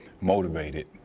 motivated